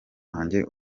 wanjye